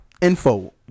info